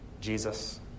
Jesus